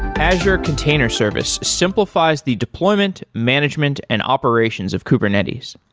azure container service simplifies the deployment, management and operations of kubernetes.